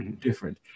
different